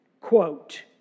Quote